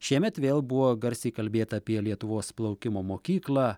šiemet vėl buvo garsiai kalbėta apie lietuvos plaukimo mokyklą